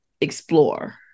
explore